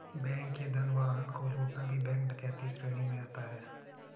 bank के धन वाहन को लूटना भी बैंक डकैती श्रेणी में आता है